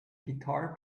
guitar